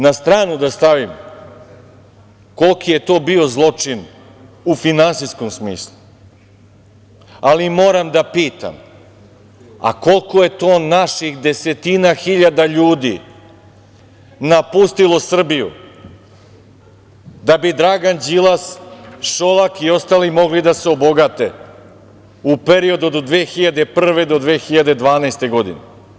Na stranu da stavimo koliki je to bio zločin u finansijskom smislu, ali moram da pitam koliko je to naših desetina hiljada ljudi napustilo Srbiju da bi Dragan Đilas, Šolak i ostali mogli da se obogate u periodu od 2001. do 2012. godine?